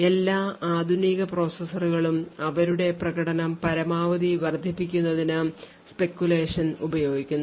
എല്ലാ ആധുനിക പ്രോസസ്സറുകളും അവരുടെ പ്രകടനം പരമാവധി വർദ്ധിപ്പിക്കുന്നതിന് speculation ഉപയോഗിക്കുന്നു